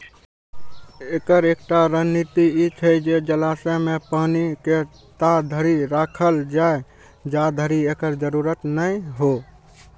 एकर एकटा रणनीति ई छै जे जलाशय मे पानि के ताधरि राखल जाए, जाधरि एकर जरूरत नै हो